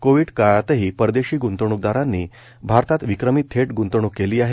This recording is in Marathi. कोविड काळातही परदेशी गुंतवणूकदारांनी भारतात विक्रमी थेट गुंतवणूक केली आहे